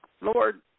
lord